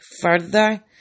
further